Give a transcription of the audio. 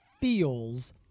feels